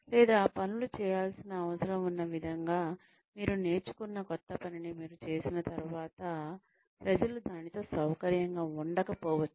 లేదా పనులు చేయాల్సిన అవసరం ఉన్న విధంగా మీరు నేర్చుకున్న క్రొత్త పనిని మీరు చేసిన తర్వాత ప్రజలు దానితో సౌకర్యవంతంగా ఉండకపోవచ్చు